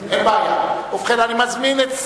אין בעיה.